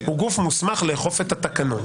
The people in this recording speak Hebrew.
הוא גוף מוסמך לאכוף את התקנון